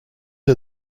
are